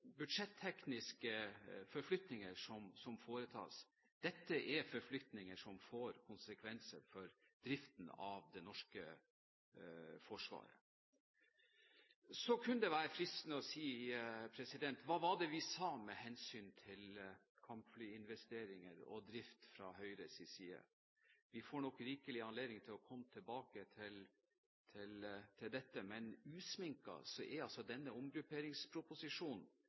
som foretas. Dette er forflytninger som får konsekvenser for driften av det norske forsvaret. Det kunne være fristende å si «hva var det vi sa» med hensyn til kampflyinvesteringer og drift fra Høyres side. Vi får nok rikelig anledning til å komme tilbake til dette, men usminket er altså denne omgrupperingsproposisjonen